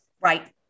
Right